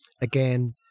again